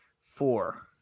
four